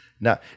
Now